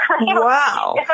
Wow